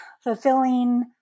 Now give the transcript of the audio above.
fulfilling